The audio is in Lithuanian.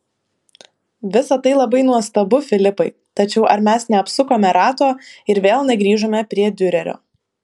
visa tai labai nuostabu filipai tačiau ar mes neapsukome rato ir vėl negrįžome prie diurerio